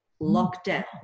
lockdown